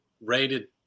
rated